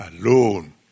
alone